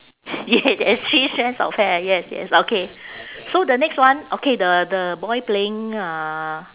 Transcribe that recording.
yes there's three strands of hair yes yes okay so the next one okay the the boy playing uh